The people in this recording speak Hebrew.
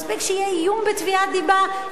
מספיק שיהיה איום בתביעת דיבה,